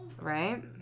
Right